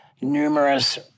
numerous